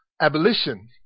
Abolition